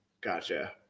Gotcha